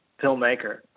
filmmaker